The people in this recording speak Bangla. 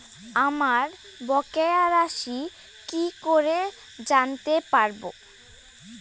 আমার বকেয়া রাশি কি করে জানতে পারবো?